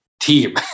team